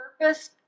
purpose